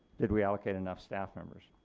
did we allocate enough staff members?